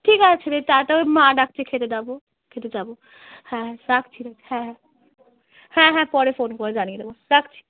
ঠিক আছে রে টাটা ওই মা ডাকছে খেতে যাব খেতে যাব হ্যাঁ রাখছি রে হ্যাঁ হ্যাঁ হ্যাঁ হ্যাঁ পরে ফোন করে জানিয়ে দেবো রাখছি